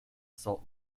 salt